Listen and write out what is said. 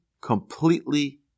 completely